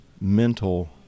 mental